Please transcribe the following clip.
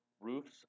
Roofs